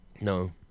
No